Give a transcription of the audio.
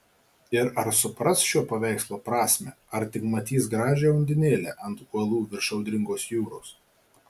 ir ar supras šio paveikslo prasmę ar tik matys gražią undinėlę ant uolų virš audringos jūros